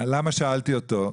למה שאלתי אותו?